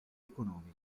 economica